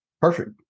Perfect